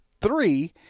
three